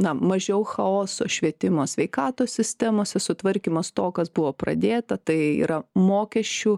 na mažiau chaoso švietimo sveikatos sistemose sutvarkymas to kas buvo pradėta tai yra mokesčių